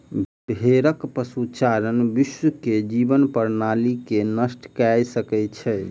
भेड़क पशुचारण विश्व के जीवन प्रणाली के नष्ट कय सकै छै